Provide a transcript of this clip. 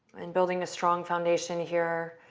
and building a strong foundation here